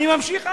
אני ממשיך הלאה.